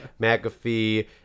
mcafee